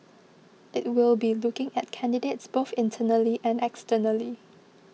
it will be looking at candidates both internally and externally